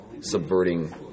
subverting